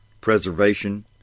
preservation